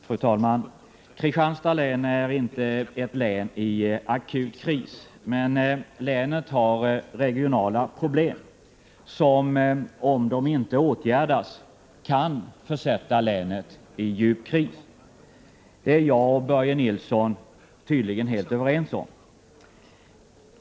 Fru talman! Kristianstads län är inte ett län i akut kris. Men länet har regionala problem som — om de inte åtgärdas — kan försätta länet i djup kris. Detta är jag och Börje Nilsson helt överens om.